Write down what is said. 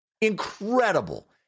incredible